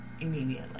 immediately